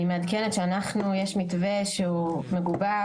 אני מעדכנת שיש מתווה שהוא מגובש,